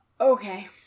Okay